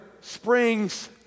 springs